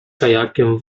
kajakiem